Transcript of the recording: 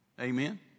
Amen